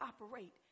operate